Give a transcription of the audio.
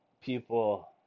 people